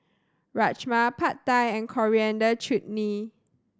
Rajma Pad Thai and Coriander Chutney